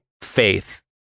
faith